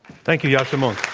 thank you, yascha mounk.